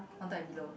one time and below